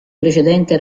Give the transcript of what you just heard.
precedente